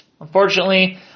Unfortunately